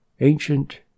ancient